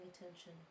attention